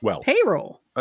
payroll